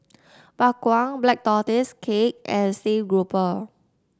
Bak Kwa Black Tortoise Cake and Steamed Grouper